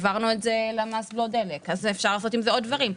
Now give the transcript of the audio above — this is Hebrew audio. העברנו את זה למס בלו דלק אז אפשר לעשות עם זה עוד דברים.